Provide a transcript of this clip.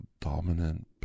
dominant